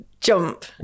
jump